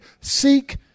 Seek